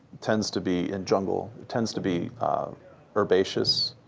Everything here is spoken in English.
tends to be and jungle tends to be herbaceous,